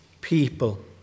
people